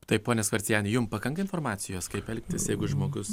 taip pone skorceni jum pakanka informacijos kaip elgtis jeigu žmogus